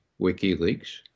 WikiLeaks